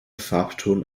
farbton